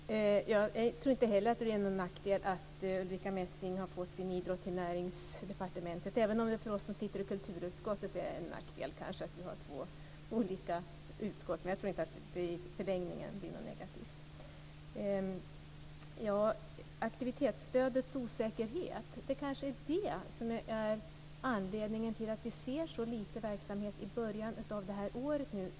Fru talman! Jag tror inte heller att det är någon nackdel att Ulrica Messing har fått idrotten till Näringsdepartementet, även om det för oss som sitter i kulturutskottet kanske är en nackdel att det är två olika utskott. Men jag tror inte att det i förlängningen blir något negativt. Det kanske är aktivitetsstödets osäkerhet som är anledningen till att vi ser så lite verksamhet nu i början på folkhälsoåret.